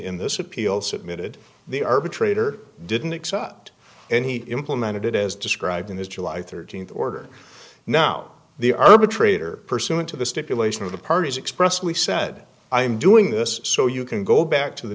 in this appeal submitted the arbitrator didn't accept and he implemented it as described in this july thirteenth order now the arbitrator pursuant to the stipulation of the parties expressly said i am doing this so you can go back to the